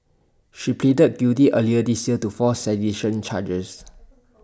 she pleaded guilty earlier this year to four sedition charges